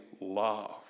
love